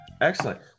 Excellent